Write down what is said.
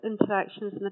interactions